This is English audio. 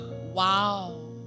Wow